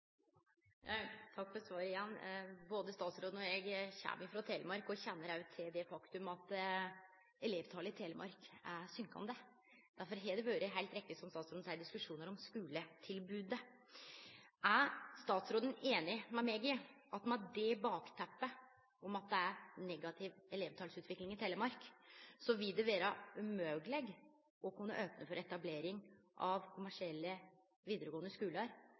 Igjen takk for svaret. Både statsråden og eg kjem frå Telemark og kjenner til faktumet at elevtalet i Telemark går ned. Derfor har det vore – det er heilt riktig som statsråden seier – diskusjonar om skuletilbodet. Er statsråden einig med meg i at med det bakteppet at det er ei negativ elevtalsutvikling i Telemark, vil det vere umogleg å kunne opne for etablering av kommersielle vidaregåande skular